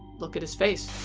look at his face.